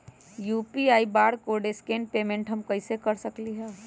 UPI barcode scan payment हम कईसे कर सकली ह?